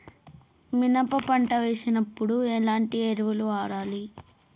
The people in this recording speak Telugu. మినప పంట వేసినప్పుడు ఎలాంటి ఎరువులు వాడాలి?